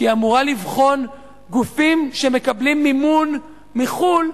כי היא אמורה לבחון גופים שמקבלים מימון מחו"ל,